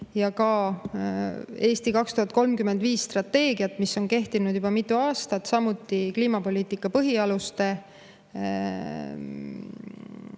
ja ka "Eesti 2035" strateegia on kehtinud juba mitu aastat. Samuti on kliimapoliitika põhialuste